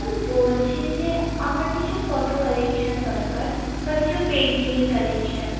আমি বলছি যে আমার কিছু ফটো কালেকশান দরকার বা কিছু পেন্টিংয়ের কালেকশান